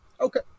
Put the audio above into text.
Okay